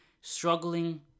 struggling